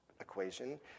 equation